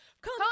come